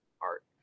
art